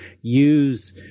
use